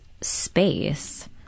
space